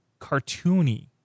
cartoony